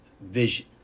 vision